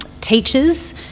teachers